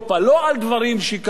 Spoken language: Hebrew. לא על דברים שקרו,